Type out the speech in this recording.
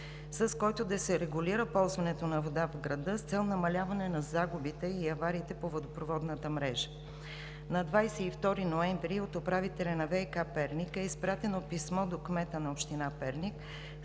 с който да се регулира ползването на вода в града с цел намаляване на загубите и авариите по водопроводната мрежа. На 22 ноември от управителя на ВиК – Перник, е изпратено писмо до кмета на община Перник